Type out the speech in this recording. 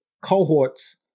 cohorts